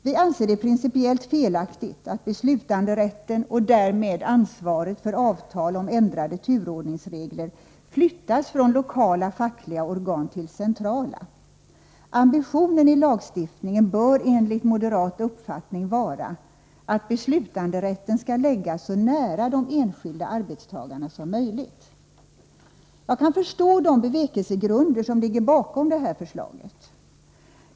Vi anser det principiellt felaktigt att beslutanderätten och därmed ansvaret för avtal om ändrade turordningsregler flyttas från lokala fackliga organ till centrala. Ambitionen i lagstiftningen bör enligt moderat uppfattning vara att beslutanderätten skall läggas så nära de enskilda arbetstagarna som möjligt. Jag kan förstå de bevekelsegrunder som ligger bakom detta förslag.